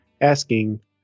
asking